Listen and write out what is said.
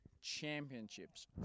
Championships